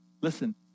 listen